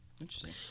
Interesting